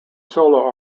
solo